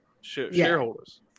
Shareholders